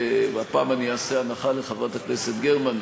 והפעם אני אעשה הנחה לחברת הכנסת גרמן,